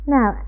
now